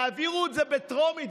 תעבירו את זה בטרומית,